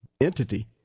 entity